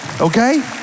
okay